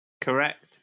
correct